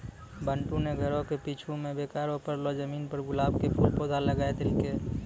बंटू नॅ घरो के पीछूं मॅ बेकार पड़लो जमीन पर गुलाब के खूब पौधा लगाय देलकै